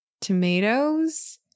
tomatoes